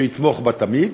שיתמוך בה תמיד,